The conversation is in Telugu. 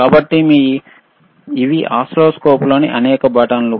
కాబట్టి ఇవి ఓసిల్లోస్కోప్లోని అనేక బటన్లు